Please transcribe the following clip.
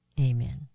amen